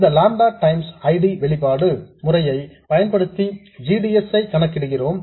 இந்த lambda times I D வெளிப்பாடு முறையை பயன்படுத்தி g d s ஐ கணக்கிடுகிறோம்